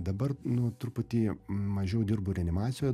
dabar nu truputį mažiau dirbu reanimacijoje